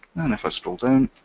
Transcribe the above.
and if i scroll down,